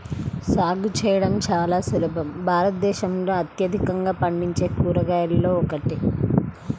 సాగు చేయడం చాలా సులభం భారతదేశంలో అత్యధికంగా పండించే కూరగాయలలో ఒకటి